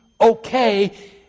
okay